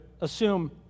assume